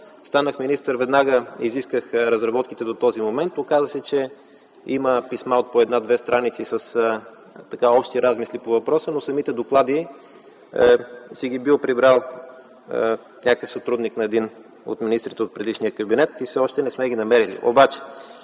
станах министър, веднага изисках разработките до този момент. Оказа се, че има писма от по 1-2 страници с общи размисли по въпроса, но самите доклади си ги бил прибрал някакъв сътрудник на един от министрите от предишния кабинет и все още не сме ги намерили.